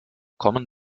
kommen